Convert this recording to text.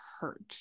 hurt